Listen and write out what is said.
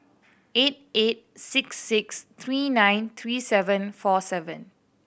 eight eight six six three nine three seven four seven